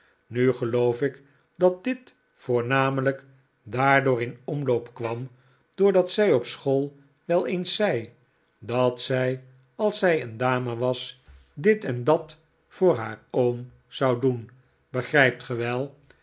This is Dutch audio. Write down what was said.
nu geloof ik dat dit voornamelijk daardoor in omloop kwam doordat zij op school wel eens zei dat zij als zij een dame was dit en dat voor haar oom zou doen begrijpt